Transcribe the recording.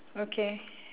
okay